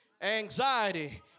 anxiety